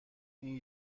این